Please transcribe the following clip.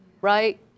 right